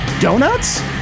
Donuts